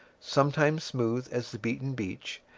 sometimes smooth as the beaten beach,